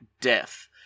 Death